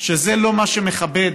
שזה לא מה שמכבד